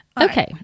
Okay